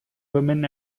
women